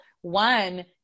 one